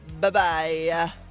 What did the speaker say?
Bye-bye